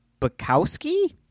Bukowski